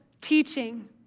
teaching